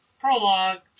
prologue